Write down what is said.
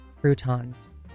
croutons